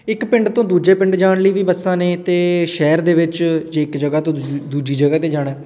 ਇੱਕ ਪਿੰਡ ਤੋਂ ਦੂਜੇ ਪਿੰਡ ਜਾਣ ਲਈ ਵੀ ਬੱਸਾਂ ਨੇ ਅਤੇ ਸ਼ਹਿਰ ਦੇ ਵਿੱਚ ਜੇ ਇੱਕ ਜਗ੍ਹਾ ਤੋਂ ਦੂਜ ਦੂਜੀ ਜਗ੍ਹਾ 'ਤੇ ਜਾਣਾ